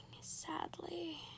sadly